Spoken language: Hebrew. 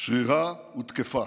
שרירה ותקפה.